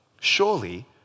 Surely